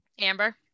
Amber